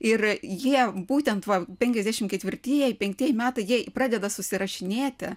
ir jie būtent va penkiasdešimt ketvirtieji penktieji metai jie pradeda susirašinėti